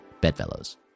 Bedfellows